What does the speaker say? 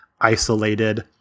isolated